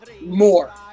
More